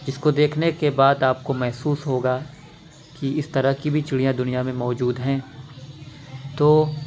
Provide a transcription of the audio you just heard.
جس کو دیکھنے کے بعد آپ کو محسوس ہوگا کہ اس طرح کی بھی چڑیا دنیا میں موجود ہیں تو